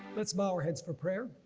let's bow our heads for prayer.